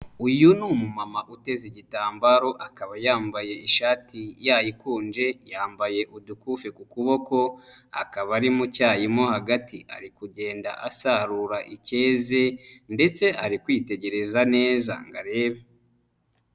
Uyu ni umu mama uteze igitambaro, akaba yambaye ishati yayikunje, yambaye udukufi ku kuboko, akaba ari mu cyayi mo hagati, ari kugenda asarura icyeze ndetse ari kwitegereza neza ngo arebe.